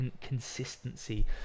consistency